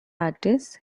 artists